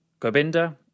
Gobinda